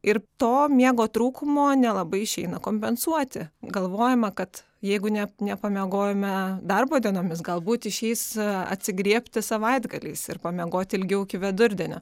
ir to miego trūkumo nelabai išeina kompensuoti galvojama kad jeigu ne nepamiegojome darbo dienomis galbūt išeis atsigriebti savaitgaliais ir pamiegoti ilgiau iki vidurdienio